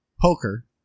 poker